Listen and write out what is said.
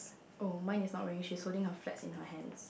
oh mine is not really she is holding a flag in her hands